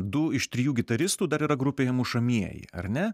du iš trijų gitaristų dar yra grupėje mušamieji ar ne